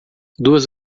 duas